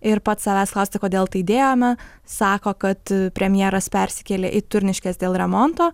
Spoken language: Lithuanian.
ir pats savęs klausti kodėl tai dėjome sako kad premjeras persikėlė į turniškes dėl remonto